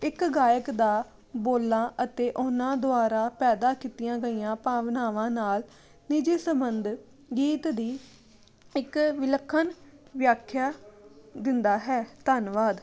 ਇੱਕ ਗਾਇਕ ਦਾ ਬੋਲਾਂ ਅਤੇ ਉਹਨਾਂ ਦੁਆਰਾ ਪੈਦਾ ਕੀਤੀਆਂ ਗਈਆਂ ਭਾਵਨਾਵਾਂ ਨਾਲ ਨਿੱਜੀ ਸੰਬੰਧ ਗੀਤ ਦੀ ਇੱਕ ਵਿਲੱਖਣ ਵਿਆਖਿਆ ਦਿੰਦਾ ਹੈ ਧੰਨਵਾਦ